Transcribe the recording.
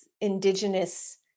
indigenous